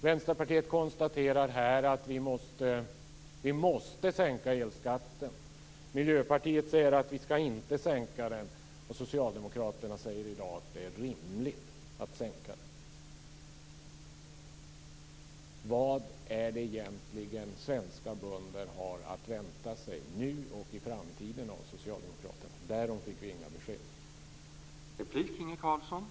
Vänsterpartiet konstaterar att vi måste sänka elskatten. Miljöpartiet säger att vi inte skall sänka den. Socialdemokraterna säger i dag att det är rimligt att sänka den. Vad är det svenska bönder har att vänta sig av Socialdemokraterna, nu och i framtiden? Därom har vi inte fått besked.